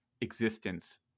existence